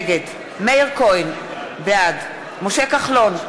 נגד מאיר כהן, בעד משה כחלון,